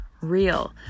real